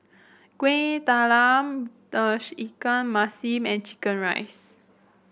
Kueh Talam Tauge Ikan Masin and chicken rice